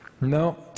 No